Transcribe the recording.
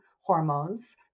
hormones